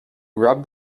rubbed